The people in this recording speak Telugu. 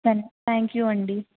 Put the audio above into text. సరే త్యాంక్ యూ అండి